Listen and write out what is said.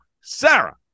Sarah